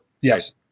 Yes